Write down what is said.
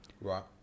right